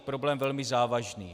Problém velmi závažný.